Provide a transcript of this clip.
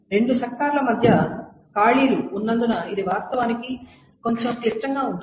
రెండు సెక్టార్ల మధ్య ఖాళీలు ఉన్నందున ఇది వాస్తవానికి కొంచెం క్లిష్టంగా ఉంటుంది